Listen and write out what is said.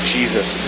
Jesus